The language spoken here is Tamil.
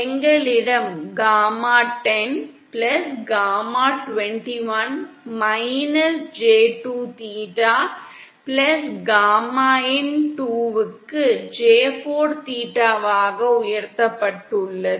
எங்களிடம் gamma 10 gamma 21 j2 theta gamma in2 க்கு j4 தீட்டாவாக உயர்த்தப்பட்டுள்ளது